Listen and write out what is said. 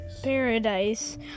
paradise